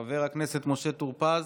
חבר הכנסת משה טור פז,